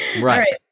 right